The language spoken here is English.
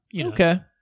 Okay